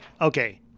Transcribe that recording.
okay